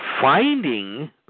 finding